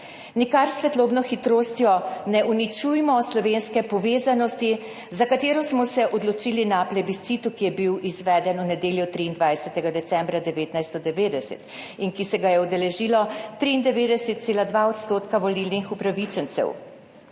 Nikar s svetlobno hitrostjo ne uničujmo slovenske povezanosti, za katero smo se odločili na plebiscitu, ki je bil izveden v nedeljo, 23. decembra 1990 in ki se ga je udeležilo 93,2 % volilnih upravičencev.